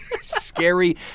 Scary